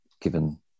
given